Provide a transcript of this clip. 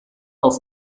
auf